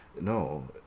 No